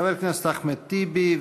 חבר הכנסת אחמד טיבי,